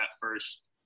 first